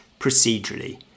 procedurally